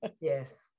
Yes